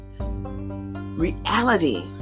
Reality